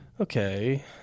Okay